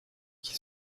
qui